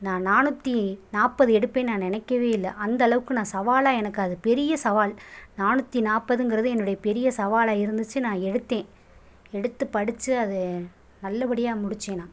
நான் நானூற்றி நாற்பது எடுப்பேன்னு நான் நினைக்கவே இல்லை அந்தளவுக்கு நான் சவாலாக எனக்கு அது பெரிய சவால் நானூற்றி நாற்பதுங்கிறது என்னுடைய பெரிய சவாலாக இருந்துச்சு நான் எடுத்தேன் எடுத்து படித்து அது நல்லபடியாக முடித்தேன் நான்